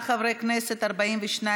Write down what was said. חברת הכנסת אורלי לוי אבקסיס וקבוצת